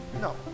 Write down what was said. No